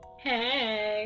Hey